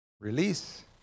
release